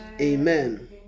Amen